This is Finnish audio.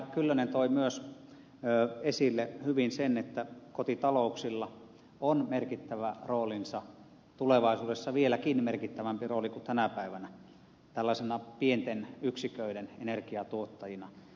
kyllönen toi myös hyvin esille sen että kotitalouksilla on merkittävä roolinsa tulevaisuudessa vieläkin merkittävämpi rooli kuin tänä päivänä tällaisena pienten yksiköiden energiantuottajina